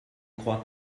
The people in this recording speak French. crois